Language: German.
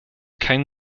keinen